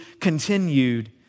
continued